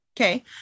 Okay